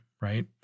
right